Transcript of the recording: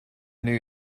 new